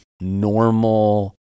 normal